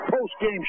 post-game